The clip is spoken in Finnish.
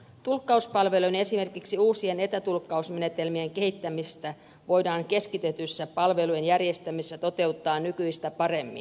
tulkkauspalvelujen esimerkiksi uusien etätulkkausmenetelmien kehittämistä voidaan keskitetyssä palvelujen järjestämisessä toteuttaa nykyistä paremmin